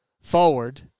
forward